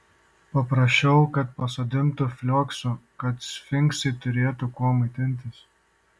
paprašiau kad pasodintų flioksų kad sfinksai turėtų kuo maitintis